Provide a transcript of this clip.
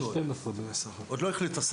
עוד לא החליטו.